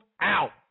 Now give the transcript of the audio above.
out